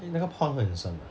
那个 pond 会很深吗